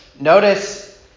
notice